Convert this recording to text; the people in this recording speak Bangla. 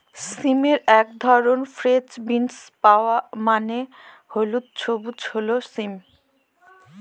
সিমের এক ধরন ফ্রেঞ্চ বিনস মানে হল সবুজ সিম